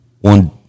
one